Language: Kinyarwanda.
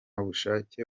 bushake